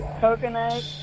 coconut